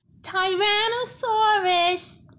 Tyrannosaurus